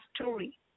story